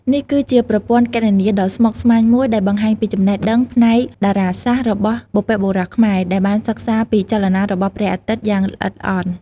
នេះគឺជាប្រព័ន្ធគណនាដ៏ស្មុគស្មាញមួយដែលបង្ហាញពីចំណេះដឹងផ្នែកតារាសាស្ត្ររបស់បុព្វបុរសខ្មែរ ដែលបានសិក្សាពីចលនារបស់ព្រះអាទិត្យយ៉ាងល្អិតល្អន់។